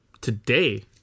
today